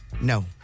No